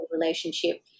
relationship